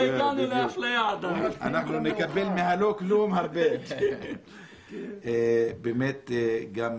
ובפרספקטיבה בנוגע למה עושים עם המשאב הטבעי אך המזהם